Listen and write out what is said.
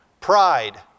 pride